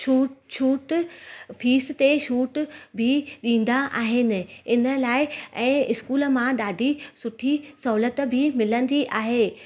छूट छूट फ़ीस ते छूट बि ॾींदा आहिनि इन लाइ ऐं स्कूल मां ॾाढी सुठी सहुलियत बि मिलंदी आहे